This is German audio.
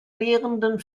lehrenden